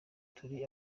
turi